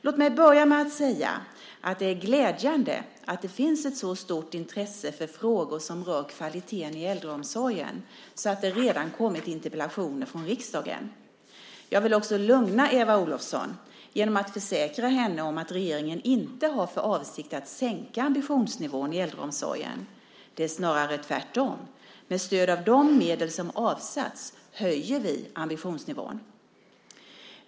Låt mig börja med att säga att det är glädjande att det finns ett så stort intresse för frågor som rör kvaliteten i äldreomsorgen att det redan kommer interpellationer från riksdagen. Jag vill också lugna Eva Olofsson genom att försäkra henne om att regeringen inte har för avsikt att sänka ambitionsnivån i äldreomsorgen. Det är snarare tvärtom - med stöd av de medel som avsatts höjer vi ambitionsnivån.